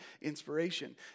inspiration